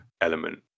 element